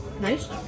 Nice